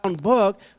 book